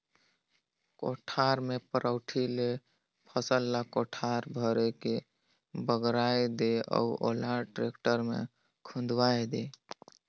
कोठार मे पैरोठी ले फसल ल कोठार भरे मे बगराय दे अउ ओला टेक्टर मे खुंदवाये दे